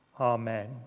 Amen